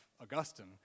Augustine